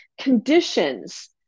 conditions